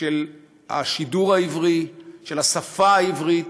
של השידור העברי, של השפה העברית,